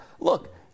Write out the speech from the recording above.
look